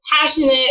passionate